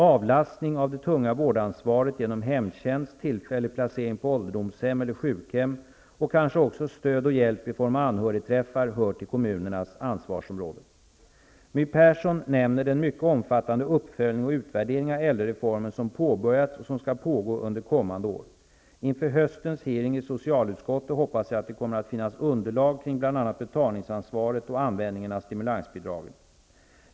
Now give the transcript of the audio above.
Avlastning av det tunga vårdansvaret genom hemtjänst, tillfällig placering på ålderdomshem eller sjukhem och kanske också stöd och hjälp i form av anhörigträffar hör till kommunernas ansvarsområde. My Persson nämner den mycket omfattande uppföljning och utvärdering av älddreformen som påbörjats och som skall pågå under kommande år. Inför höstens hearing i socialutskottet hoppas jag att det kommer att finnas underlag kring bl.a.